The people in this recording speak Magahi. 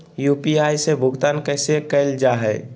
यू.पी.आई से भुगतान कैसे कैल जहै?